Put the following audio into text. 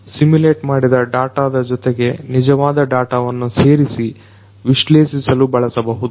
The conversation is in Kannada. ಸಿಮುಲೇಟ್ ಮಾಡಿದ ಡಾಟದ ಜೊತೆಗೆ ನಿಜವಾದ ಡಾಟವನ್ನ ಸೇರಿಸಿ ವಿಶ್ಲೇಷಿಸಲು ಬಳಸಬಹುದು